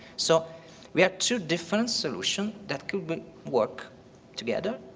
so we have two different solutions that could work together.